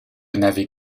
n’avait